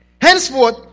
Henceforth